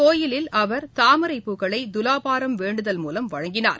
கோவிலில் அவர் தாமரைப்பூக்களைதுலாபாரம் வேண்டுதல் மூலம் வழங்கினார்